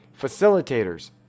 Facilitators